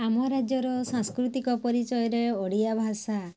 ଆମ ରାଜ୍ୟର ସାଂସ୍କୃତିକ ପରିଚୟରେ ଓଡ଼ିଆ ଭାଷା